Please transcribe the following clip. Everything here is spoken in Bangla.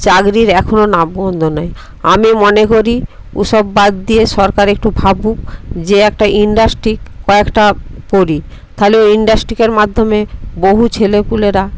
চাকরির এখনো নাম গন্ধ নেই আমি মনে করি ওসব বাদ দিয়ে সরকার একটু ভাবুক যে একটা ইন্ডাস্ট্রি কয়েকটা করি তাহলে ইন্ডাস্ট্রিকের মাধ্যমে বহু ছেলে পুলেরা